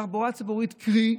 התחבורה הציבורית, קרי,